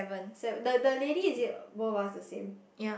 sa~ the the lady is it both of us the same